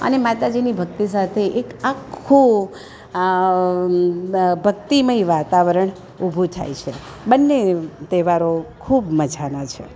અને માતાજીની ભક્તિ સાથે એક આખો આ ભક્તિમય વાતાવરણ ઊભું થાય છે બંને તહેવારો ખૂબ મજાના છે